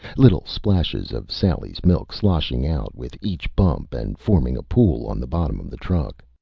little splashes of sally's milk sloshing out with each bump and forming a pool on the bottom of the truck.